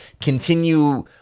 continue